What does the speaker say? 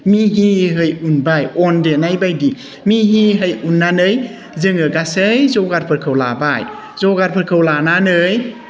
मिहिहै उनबाय अन देनाय बायदि मिहिहै उननानै जोङो गासै जगारफोरखौ लाबाय जगारफोरखौ लानानै